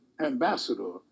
ambassador